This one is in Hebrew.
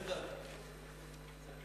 בבקשה.